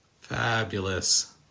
Fabulous